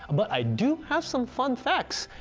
but i do have some fun facts!